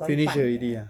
finish already ah